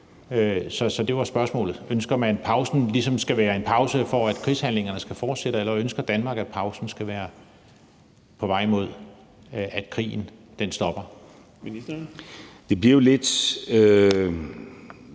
samme. Så spørgsmålet var: Ønsker man, at pausen ligesom skal være en pause, for at krigshandlingerne skal fortsætte, eller ønsker Danmark, at pausen skal være en vej mod, at krigen stopper? Kl. 16:58 Den fg.